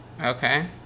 Okay